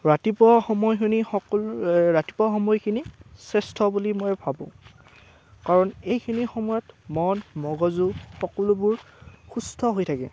ৰাতিপুৱা সময়খিনি সকলো ৰাতিপুৱা সময়খিনি শ্ৰেষ্ঠ বুলি মই ভাবোঁ কাৰণ এইখিনি সময়ত মন মগজু সকলোবোৰ সুস্থ হৈ থাকে